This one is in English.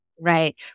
Right